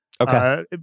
Okay